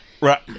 Right